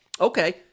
okay